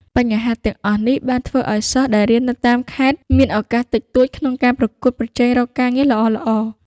បញ្ហាទាំងអស់នេះបានធ្វើឱ្យសិស្សដែលរៀននៅតាមខេត្តមានឱកាសតិចតួចក្នុងការប្រកួតប្រជែងរកការងារល្អៗ។